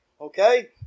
okay